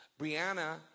Brianna